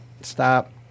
Stop